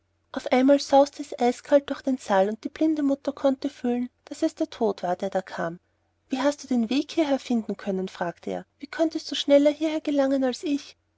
auf einmal sauste es eiskalt durch den saal und die blinde mutter konnte fühlen daß es der tod war der da kam wie hast du den weg hierher finden können fragte er wie konntest du schneller hierher gelangen als ich